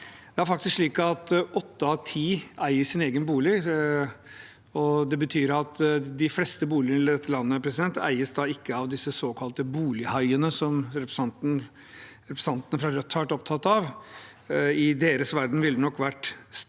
Det er faktisk slik at åtte av ti eier sin egen bolig, og det betyr at de fleste boliger i dette landet ikke eies av disse såkalte bolighaiene som representantene fra Rødt har vært opptatt av. I deres verden ville det nok ha vært staten